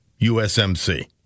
USMC